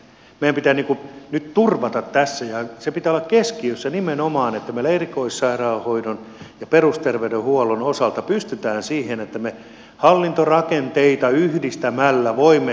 meidän pitää nyt turvata tässä ja nimenomaan sen pitää olla keskiössä että meillä erikoissairaanhoidon ja perusterveydenhuollon osalta pystytään siihen että me hallintorakenteita yhdistämällä voimme sujuvoittaa